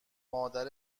مادر